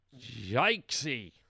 Yikesy